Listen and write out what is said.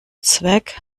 zweck